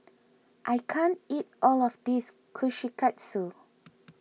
I can't eat all of this Kushikatsu